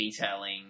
detailing